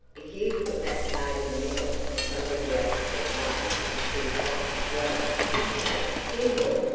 if you put that card in the middle and somebody else has one with two spots as well, you say hee-haw,